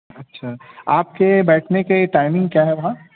اچھا آپ کے بیٹھنے کے ٹائمنگ کیا ہے وہاں